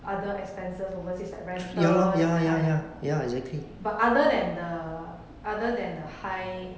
other expenses overseas at restaurant but other than the other than the high